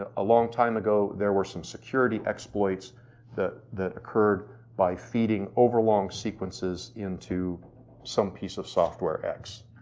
ah a long time ago there were some security exploits that that occurred by feeding overlong sequences into some piece of software x.